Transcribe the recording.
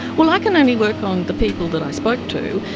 well i can only work on the people that i spoke to,